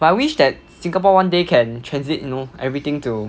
but I wish that singapore one day can transit you know everything to